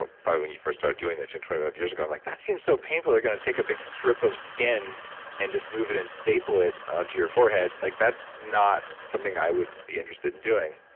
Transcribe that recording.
but probably when you first started doing this, and twenty five years ago. like that seems so painful. they're going to take a big strip of skin and just move it and staple it onto your forehead. like, that's not something i would be interested in doing,